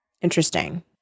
Interesting